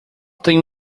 tenho